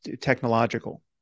technological